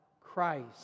Christ